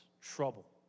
trouble